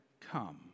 come